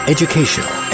Educational